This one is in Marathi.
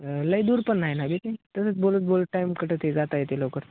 लै दूर पण नाही ना बी ते तसच बोलत बोलत टाइम कटंते जाता येते लवकर